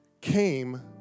came